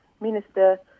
Minister